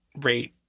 rate